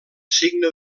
signe